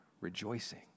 rejoicing